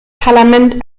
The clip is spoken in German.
parlament